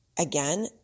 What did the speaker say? again